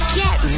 get